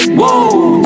whoa